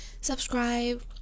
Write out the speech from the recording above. subscribe